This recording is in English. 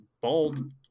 Bald